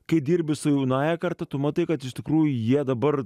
kai dirbi su jaunąja karta tu matai kad iš tikrųjų jie dabar